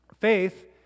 faith